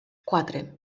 quatre